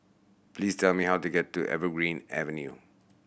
please tell me how to get to Evergreen Avenue